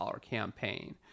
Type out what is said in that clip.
campaign